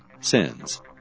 sins